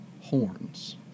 horns